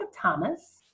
Thomas